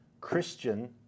Christian